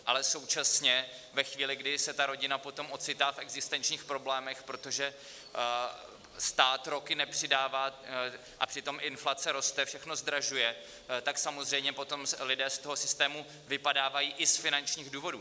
Ale současně ve chvíli, kdy se ta rodina potom ocitá v existenčních problémech, protože stát roky nepřidává, a přitom inflace roste, všechno zdražuje, tak samozřejmě potom lidé z toho systému vypadávají i z finančních důvodů.